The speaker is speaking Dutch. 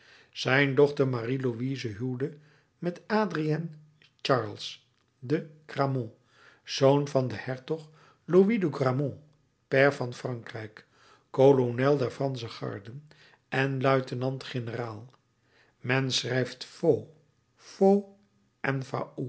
zijn dochter marie louise huwde met adrien charles de gramont zoon van den hertog louis de gramont pair van frankrijk kolonel der fransche garden en luitenant-generaal men schrijft faux fauq en